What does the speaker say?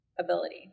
ability